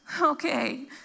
okay